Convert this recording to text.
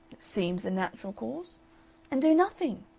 seems the natural course and do nothing?